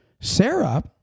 Sarah